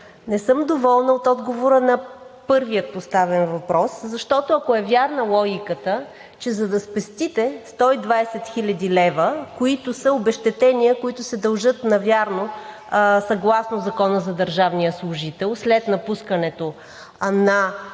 не съм доволна от отговора на първия поставен въпрос, защото, ако е вярна логиката, че за да спестите 120 хил. лв., които са обезщетения, които се дължат навярно съгласно Закона за държавния служител след напускането на